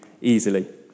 easily